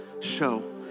show